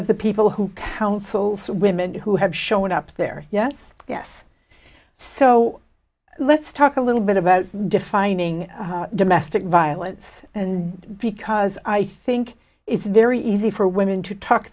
of the people who counsels women who have shown up there yes yes so let's talk a little bit about defining domestic violence and because i think it's very easy for women to talk